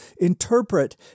interpret